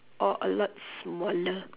or a lot smaller